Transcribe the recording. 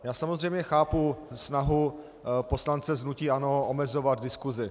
Já samozřejmě chápu snahu poslance z hnutí ANO omezovat diskusi.